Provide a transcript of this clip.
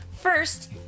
First